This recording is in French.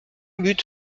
but